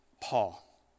Paul